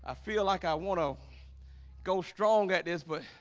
ah feel like i want to go strong at this but